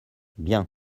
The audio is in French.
bien